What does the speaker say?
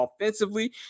offensively